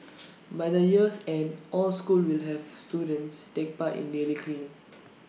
by the year's end all schools will have students take part in daily cleaning